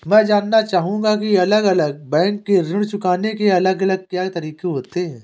मैं जानना चाहूंगा की अलग अलग बैंक के ऋण चुकाने के अलग अलग क्या तरीके होते हैं?